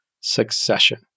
succession